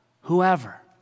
whoever